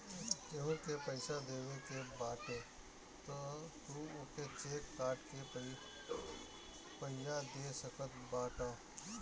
केहू के पईसा देवे के बाटे तअ तू ओके चेक काट के पइया दे सकत बाटअ